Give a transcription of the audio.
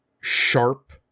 sharp